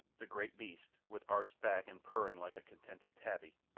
the great beast, with arched back and purring like a contented tabby,